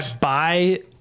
buy